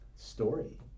Story